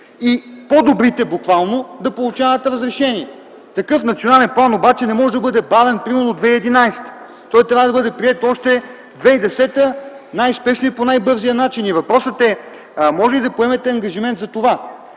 и по-добрите да получават разрешение. Такъв национален план обаче не може да бъде бавен, примерно до 2011 г. Той трябва да бъде приет още през 2010 г. по най-спешния и най-бързия начин. Въпросът е дали можете да поемете ангажимент за това?!